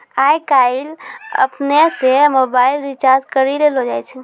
आय काइल अपनै से मोबाइल रिचार्ज करी लेलो जाय छै